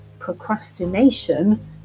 procrastination